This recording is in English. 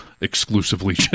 exclusively